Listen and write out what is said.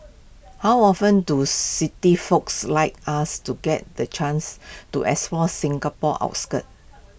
how often do city folks like us to get the chance to explore Singapore's outskirts